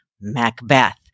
Macbeth